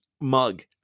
mug